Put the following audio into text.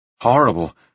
Horrible